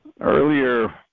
Earlier